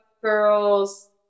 girls